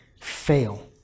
fail